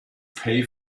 pay